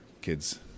kids